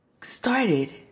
started